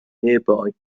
nearby